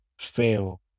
fail